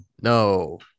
No